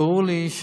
ברור לי,